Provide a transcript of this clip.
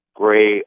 gray